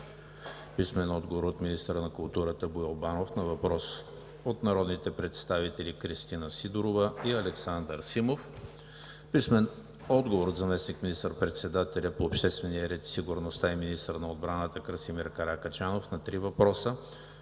Анастасова; - министъра на културата Боил Банов на въпрос от народните представители Кристина Сидорова и Александър Симов; - заместник министър-председателя по обществения ред и сигурността и министър на отбраната Красимир Каракачанов на три въпроса